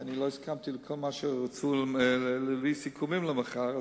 כי לא הסכמתי לכל מה שרצו להביא כסיכומים למחר,